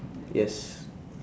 yes